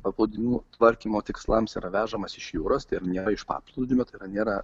paplūdimių tvarkymo tikslams yra vežamas iš jūros ir ne iš paplūdimio nėra